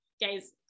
guys